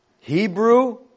Hebrew